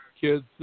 kids